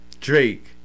Drake